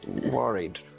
worried